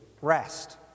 rest